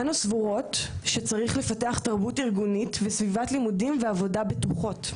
אנו סבורות שצריך לפתח תרבות ארגונית וסביבות לימודים ועבודה בטוחות,